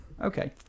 Okay